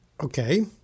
Okay